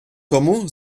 тому